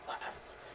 class